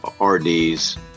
RDs